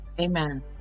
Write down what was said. Amen